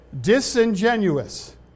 disingenuous